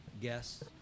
guests